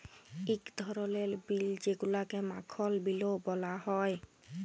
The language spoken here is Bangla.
ইক ধরলের বিল যেগুলাকে মাখল বিলও ব্যলা হ্যয়